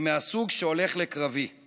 הם מהסוג שהולך לקרבי /